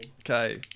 Okay